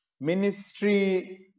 ministry